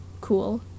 cool